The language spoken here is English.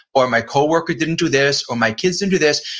or my co-worker didn't do this, or my kids didn't do this.